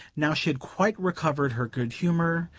now she had quite recovered her good humour,